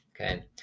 okay